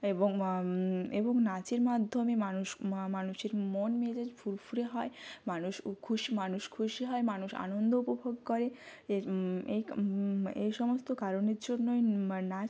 এবং এবং নাচের মাধ্যমে মানুষ মানুষের মন মেজাজ ফুরফুরে হয় মানুষ উ খুশি মানুষ খুশি হয় মানুষ আনন্দ উপভোগ করে এর এই এই সমস্ত কারণের জন্যই নাচ